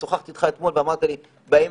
שוחחתי איתך אתמול ואמרת לי: בימים